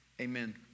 amen